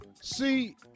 See